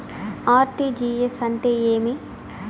RTGS అంటే ఏమి